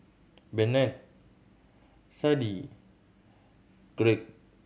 Bennett Sadie Gregg